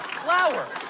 flour.